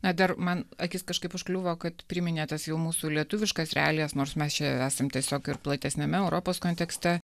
na dar man akis kažkaip užkliuvo kad priminė tas jau mūsų lietuviškas realijas nors mes čia esam tiesiog ir platesniame europos kontekste